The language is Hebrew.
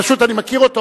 פשוט אני מכיר אותו,